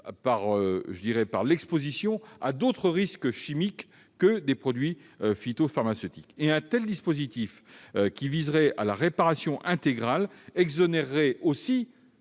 par l'exposition à d'autres risques chimiques que des produits phytopharmaceutiques. Un tel dispositif, qui viserait à la réparation intégrale, exonérerait